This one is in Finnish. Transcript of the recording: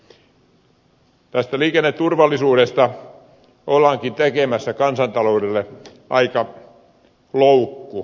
tästä liikenneturvallisuudesta ollaankin tekemässä kansantaloudelle aika loukku